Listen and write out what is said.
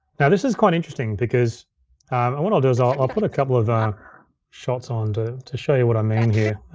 now this is quite interesting because, and what i'll do is ah i'll put a couple of shots on to show you what i mean here.